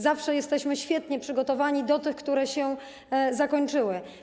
Zawsze jesteśmy świetnie przygotowani do tych, które się zakończyły.